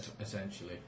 essentially